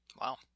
Wow